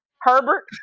Herbert